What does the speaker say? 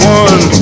one